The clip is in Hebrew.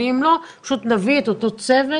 אם לא, פשוט נביא את אותו צוות